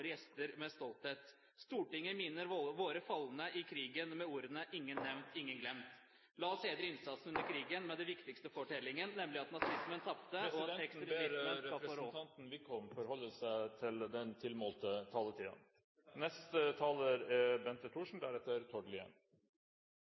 gjester med stolthet. Stortinget minner våre falne i krigen med ordene «ingen nevnt, ingen glemt». La oss hedre innsatsen under krigen med den viktigste fortellingen, nemlig at nazismen tapte og … Presidenten ber representanten Wickholm forholde seg til den tilmålte